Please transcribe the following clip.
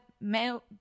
male